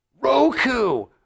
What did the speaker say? Roku